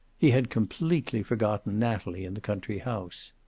he had completely forgotten natalie and the country house.